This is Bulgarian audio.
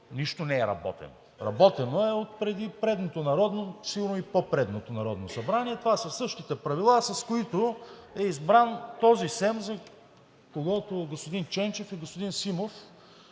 Нищо не е работено. Работено е отпреди предното, сигурно и по-предното Народно събрание. Това са същите правила, с които е избран този СЕМ, за който господин Ченчев и господин Симов